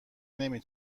نمی